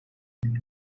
wie